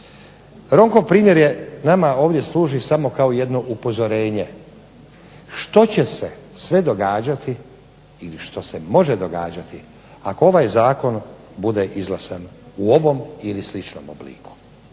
Ronkov primjer nama ovdje služi samo kao jedno upozorenje što će se sve događati ili što se sve može događati ako ovaj zakon bude izglasan u ovom ili sličnom obliku.